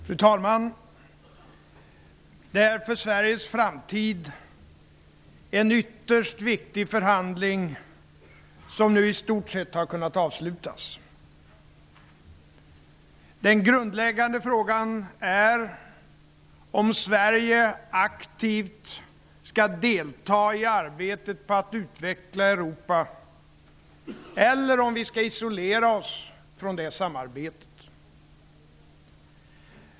Fru talman! Det är för Sveriges framtid en ytterst viktig förhandling som nu i stort sett har kunnat avslutas. Den grundläggande frågan är om Sverige aktivt skall delta i arbetet med att utveckla Europa eller om vi skall isolera oss från det samarbetet.